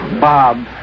Bob